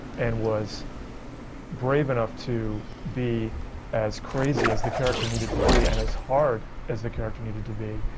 and was brave enough to be as crazy as the character needed to be and as hard as the character needed to be.